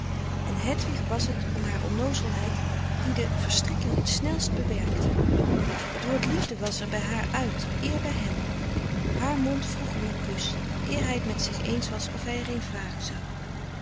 en hedwig was t om haar onnoozelheid die de verstrikking t snelst bewerkte het woord liefde was er bij haar uit eer bij hem haar mond vroeg om een kus eer hij t met zich eens was of hij er een vragen zou